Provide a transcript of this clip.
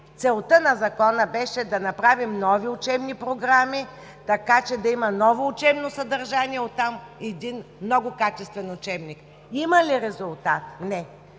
целта на Закона беше да направим нови учебни програми, така че да има ново учебно съдържание, от там един много качествен учебник. Има ли резултат? Не.